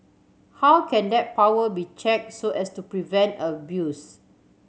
how can that power be checked so as to prevent abuse